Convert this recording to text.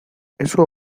eso